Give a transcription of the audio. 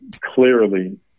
clearly